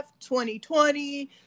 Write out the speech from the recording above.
2020